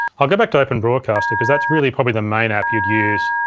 i'll go back to open broadcaster cause that's really probably the main app you'd use.